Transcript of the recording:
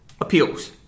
appeals